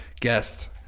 guest